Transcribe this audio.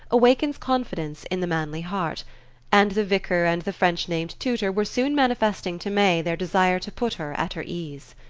awakens confidence in the manly heart and the vicar and the french-named tutor were soon manifesting to may their desire to put her at her ease.